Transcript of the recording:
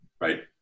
right